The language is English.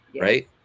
right